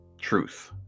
truth